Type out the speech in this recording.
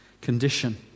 condition